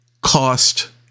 cost